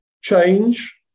change